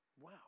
Wow